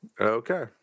Okay